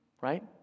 right